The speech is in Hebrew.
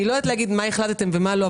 אני לא יודעת להגיד מה החלטתם ומה לא,